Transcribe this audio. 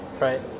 Right